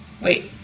wait